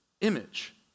image